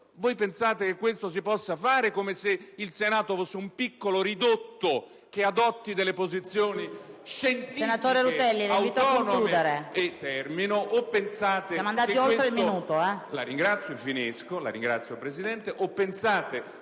Voi pensate che questo si possa fare, come se il Senato fosse un piccolo ridotto che adotta posizioni scientifiche autonome, o pensate